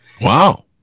wow